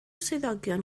swyddogion